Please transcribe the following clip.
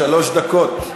שלוש דקות.